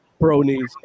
bronies